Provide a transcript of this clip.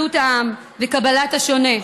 אחדות העם וקבלת השונה.